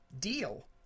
deal